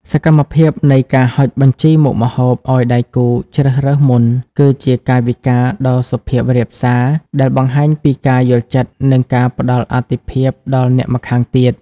សកម្មភាពនៃការហុចបញ្ជីមុខម្ហូប ឱ្យដៃគូជ្រើសរើសមុន គឺជាកាយវិការដ៏សុភាពរាបសារដែលបង្ហាញពីការយល់ចិត្ត និងការផ្ដល់អាទិភាពដល់អ្នកម្ខាងទៀត